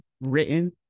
written